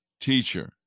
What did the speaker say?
teacher